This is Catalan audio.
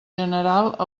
general